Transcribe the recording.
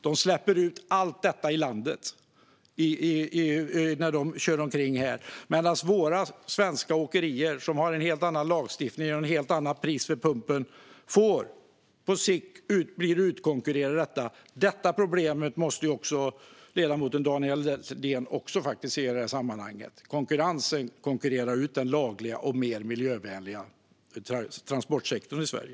De släpper ut allt detta i landet när de kör omkring här. Våra svenska åkerier, som följer en helt annan lagstiftning och har ett helt annat pris vid pumpen, blir på sikt utkonkurrerade av detta. Det problemet måste ju även ledamoten Daniel Helldén se i det här sammanhanget. Detta konkurrerar ut de lagliga och mer miljövänliga transporterna i Sverige.